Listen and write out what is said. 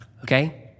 Okay